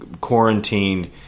quarantined